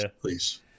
Please